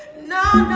know